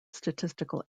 statistical